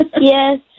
Yes